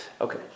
Okay